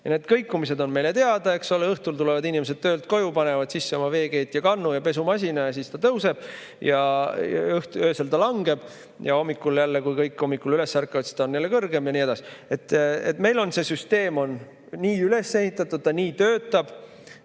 Need kõikumised on meile teada, eks ole, õhtul tulevad inimesed töölt koju, panevad sisse oma veekeedukannu ja pesumasina ja siis ta tõuseb ja öösel ta langeb, hommikul, kui kõik üles ärkavad, on see jälle kõrgem ja nii edasi. Meil on see süsteem nii üles ehitatud, see nii töötab